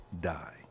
die